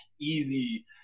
easy